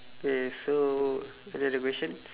okay so any other questions